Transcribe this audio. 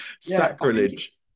Sacrilege